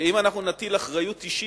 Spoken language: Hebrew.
ואם אנחנו נטיל אחריות אישית,